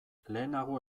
lehenago